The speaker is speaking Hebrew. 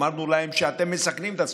אמרנו להם: אתם מסכנים את עצמכם.